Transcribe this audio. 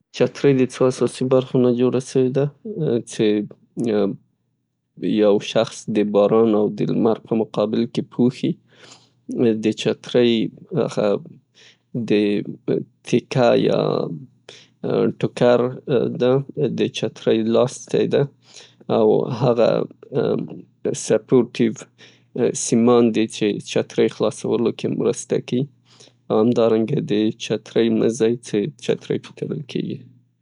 چتری له څو اساسي برخو نه جوړه سوېده چه یو شخص د باران او لمر په مقابل کې پوښي. د چتري تکه یا ټوکر ده. د چتری لاستی ده. او هغه سپورټیف سیمان د څې چتری خلاصولو کې مرسته کوي او همدارنګه د چتری مزی چه چتری پرې تړل کیږي.